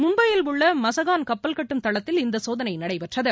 மும்பையில் உள்ள மசகான் கப்பல் கட்டும் தளத்தில் இந்த சோதனை நடைபெற்றது